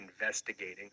investigating